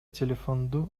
телефонду